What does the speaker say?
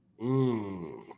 Mmm